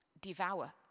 devour